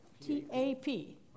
T-A-P